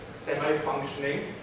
semi-functioning